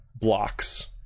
blocks